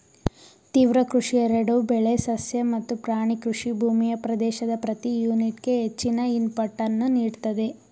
ತೀವ್ರ ಕೃಷಿ ಎರಡೂ ಬೆಳೆ ಸಸ್ಯ ಮತ್ತು ಪ್ರಾಣಿ ಕೃಷಿ ಭೂಮಿಯ ಪ್ರದೇಶದ ಪ್ರತಿ ಯೂನಿಟ್ಗೆ ಹೆಚ್ಚಿನ ಇನ್ಪುಟನ್ನು ನೀಡ್ತದೆ